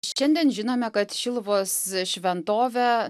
šiandien žinome kad šiluvos šventove